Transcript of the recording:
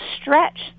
stretch